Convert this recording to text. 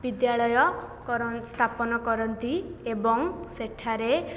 ବିଦ୍ୟାଳୟ କର ସ୍ଥାପନ କରନ୍ତି ଏବଂ ସେଠାରେ